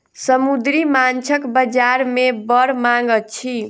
समुद्री माँछक बजार में बड़ मांग अछि